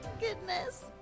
Goodness